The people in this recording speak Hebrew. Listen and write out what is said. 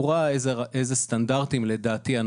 הוא ראה איזה סטנדרטים נותנים,